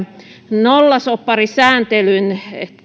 nollasopparisääntelyn